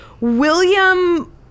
William